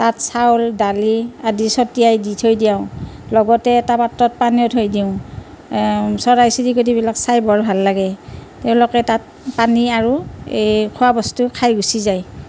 তাত চাউল দালি আদি চব তিয়াই দি থৈ দিওঁ লগতে এটা পাত্ৰত পানীও থৈ দিওঁ লগতে চৰাই চিৰিকটিবিলাক চাই বৰ ভাল লাগে তেওঁলোকে তাত পানী আৰু এই খোৱাবস্তু খাই গুচি যায়